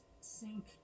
sink